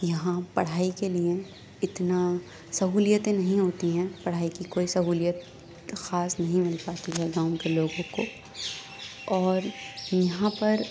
یہاں پڑھائی کے لیے اتنا سہولیتیں نہیں ہوتی ہیں پڑھائی کی کوئی سہولیت خاص نہیں مل پاتی گاؤں کے لوگوں کو اور یہاں پر